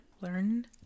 Learn